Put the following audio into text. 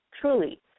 truly